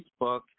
facebook